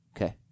Okay